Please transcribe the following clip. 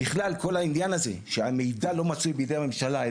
בכלל כל העניין הזה שהמידע לא מצוי בידי הממשלה,